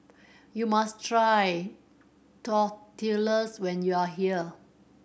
you must try Tortillas when you are here